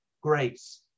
grace